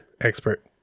expert